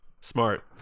smart